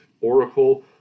oracle